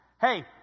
Hey